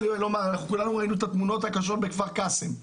כולנו ראינו את התמונות הקשות בכפר קאסם,